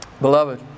Beloved